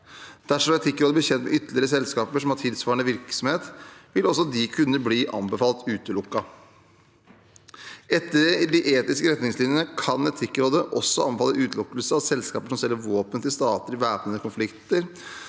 Dersom Etikkrådet blir kjent med ytterligere selskaper som har tilsvarende virksomhet, vil også de kunne bli anbefalt utelukket. Etter de etiske retningslinjene kan Etikkrådet også anbefale utelukkelse av selskaper som selger våpen til stater i væpnede konflikter